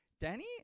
Danny